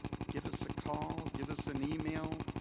give us a call. give us an email.